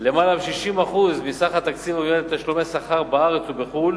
יותר מ-60% מסך התקציב מיועד לתשלומי שכר בארץ ובחו"ל